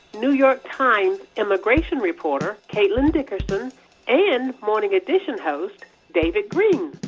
new york times immigration reporter caitlin dickerson and morning edition host david greene.